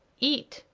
eat!